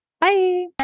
Bye